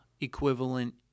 equivalent